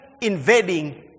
invading